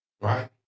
right